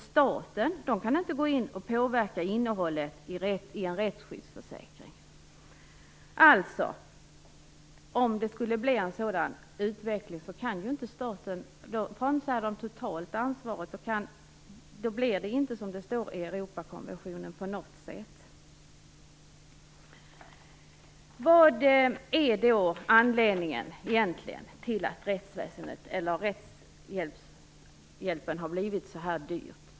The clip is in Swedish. Staten kan inte gå in och påverka innehållet i en rättsskyddsförsäkring. Om vi får en sådan utveckling frånsäger sig alltså staten totalt ansvaret. Då blir det inte på något sätt som det står i Europarådskonventionen. Vad är då egentligen anledningen till att rättshjälpen har blivit så här dyr?